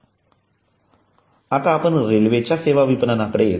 तर आता आपण रेल्वेच्या सेवा विपणनाकडे येत आहोत